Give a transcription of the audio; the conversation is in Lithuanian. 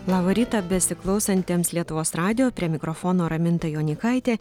labą rytą besiklausantiems lietuvos radijo prie mikrofono raminta jonykaitė